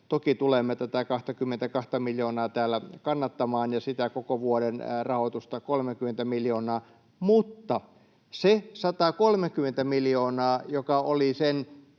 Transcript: toki tulemme tätä 22:ta miljoonaa täällä kannattamaan ja sitä koko vuoden rahoitusta, 30:tä miljoonaa, mutta se 130 miljoonaa, joka oli sen